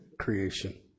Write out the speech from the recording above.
creation